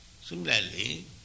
Similarly